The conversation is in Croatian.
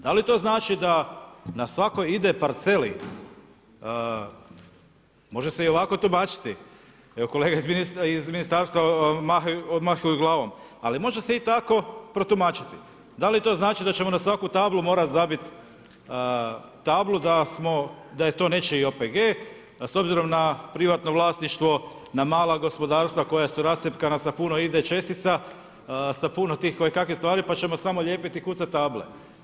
Da li to znači da na svakoj ide parceli može se i ovako tumačiti, kolege iz ministarstva odmahuju glavom, ali može se i tako protumačiti, da li to znači da ćemo na svaku tablu morati zabiti tablu da je to nečiji OPG s obzirom na privatno vlasništvo, na mala gospodarstva koja su rascjepkana sa puno ID čestica, sa puno tih kojekakvih stvari pa ćemo samo lijepiti i kucati table?